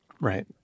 Right